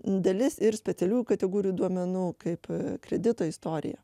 dalis ir specialiųjų kategorijų duomenų kaip kredito istorija